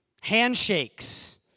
Handshakes